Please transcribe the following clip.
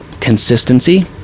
consistency